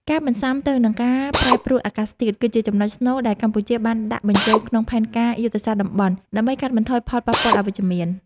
ការបន្ស៊ាំទៅនឹងការប្រែប្រួលអាកាសធាតុ គឺជាចំណុចស្នូលដែលកម្ពុជាបានដាក់បញ្ចូលក្នុងផែនការយុទ្ធសាស្ត្រតំបន់ ដើម្បីកាត់បន្ថយផលប៉ះពាល់អវិជ្ជមាន។